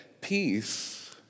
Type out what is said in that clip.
peace